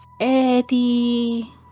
Eddie